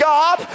God